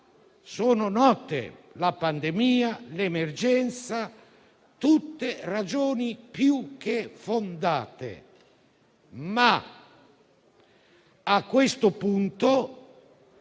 sono note: la pandemia e l'emergenza, tutte ragioni più che fondate. A questo punto,